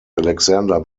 alexander